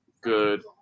good